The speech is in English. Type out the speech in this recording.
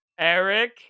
Eric